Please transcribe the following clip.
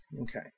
Okay